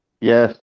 Yes